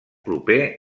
proper